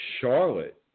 Charlotte